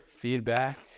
Feedback